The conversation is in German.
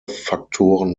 faktoren